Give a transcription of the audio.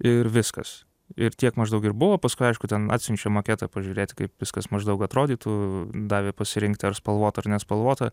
ir viskas ir tiek maždaug ir buvo paskui aišku ten atsiunčia maketą pažiūrėt kaip viskas maždaug atrodytų davė pasirinkti ar spalvotą ar nespalvotą